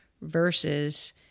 versus